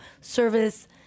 service